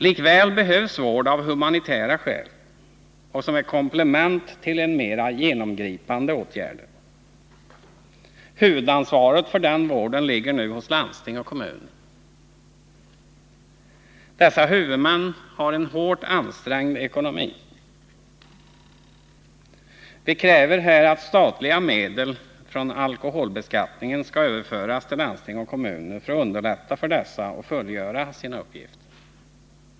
Likväl behövs vård av humanitära skäl och som komplement till mera genomgripande åtgärder. Huvudansvaret för denna vård ligger nu hos landsting och kommuner. Dessa huvudmän har en hårt ansträngd ekonomi. Vi kräver här att statliga medel från alkoholbeskattningen skall överföras till landsting och kommuner för att underlätta för dessa att fullgöra sina uppgifter.